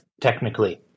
Technically